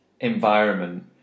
environment